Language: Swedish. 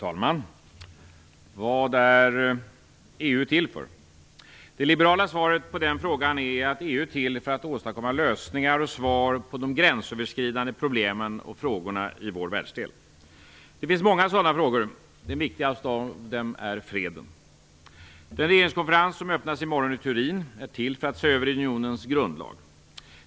Fru talman! Vad är EU till för? Det liberala svaret på den frågan är att EU är till för att åstadkomma lösningar och svar på de gränsöverskridande problemen och frågorna i vår världsdel. Det finns många sådana frågor. Den viktigaste av dem är freden. Den regeringskonferens som öppnas i morgon i Turin är till för att se över unionens grundlag.